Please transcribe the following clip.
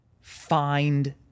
find